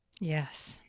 Yes